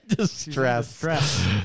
Stress